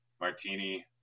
Martini